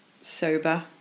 sober